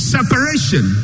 Separation